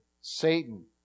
Satan